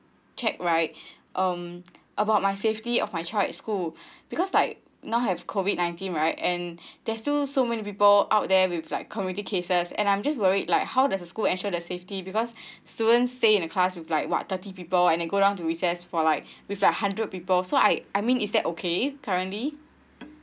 check right um about my safety of my child at school because like now have COVID Nineteen right and there's still so many people out there with like community cases and I'm just worry like how does the school ensure the safety because student stay in a class with like what thirty people and then go around to recess for like with a hundred people so I I mean is that okay currently